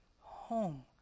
home